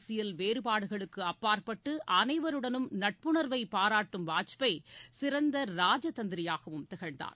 அரசியல் வேறுபாடுகளுக்கு அப்பாற்பட்டு அனைவருடனும் நட்புணா்வை பாராட்டும் வாஜ்பாய் சிறந்த ராஜ தந்திரியாகவும் திகழ்ந்தார்